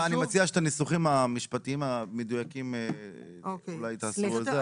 אני מציע שאת הניסוחים המשפטיים המדויקים אולי תעשו זה.